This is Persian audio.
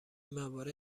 موارد